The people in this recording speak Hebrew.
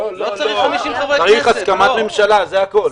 לא, צריך הסכמת ממשלה זה הכול.